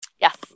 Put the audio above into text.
Yes